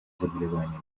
заболеваниями